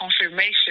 confirmation